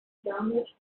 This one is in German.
damit